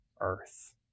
earth